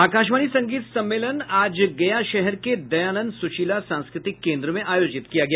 आकाशवाणी संगीत सम्मेलन आज गया शहर के दयानंद सुशीला सांस्कृतिक केन्द्र में आयोजित किया गया